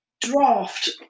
draft